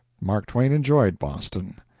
mark twain enjoyed boston.